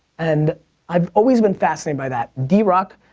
and i've always been fascinated by that. drock.